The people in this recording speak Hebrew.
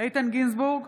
איתן גינזבורג,